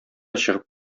чыгып